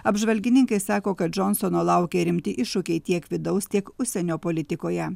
apžvalgininkai sako kad džonsono laukia rimti iššūkiai tiek vidaus tiek užsienio politikoje